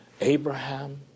Abraham